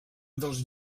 dels